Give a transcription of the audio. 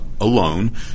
alone